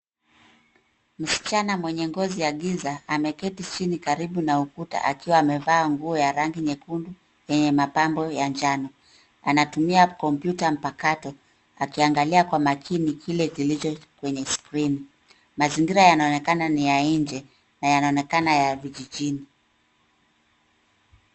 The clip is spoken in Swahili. Msichana mwenye ngozi ya giza, ameketi chini karibu na ukuta akiwa amevaa nguo ya rangi nyekundu yenye mapambo ya njano. Anatumia kompyuta mpakato akiangalia Kwa maakini kile kilicho kwenye skrini. Mazingira yanaonekana ni ya nje na yanaonekana ya vijijini.